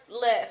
lift